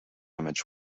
image